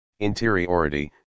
interiority